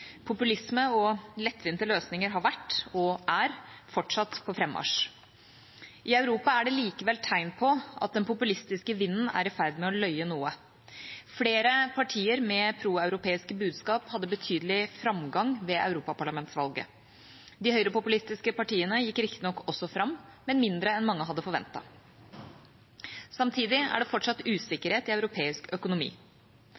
Populisme og lettvinte løsninger har vært, og er fortsatt, på frammarsj. I Europa er det likevel tegn til at den populistiske vinden er å ferd med å løye noe. Flere partier med pro-europeiske budskap hadde betydelig framgang ved europaparlamentsvalget. De høyrepopulistiske partiene gikk riktignok også fram, men mindre enn mange hadde forventet. Samtidig er det fortsatt